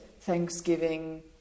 thanksgiving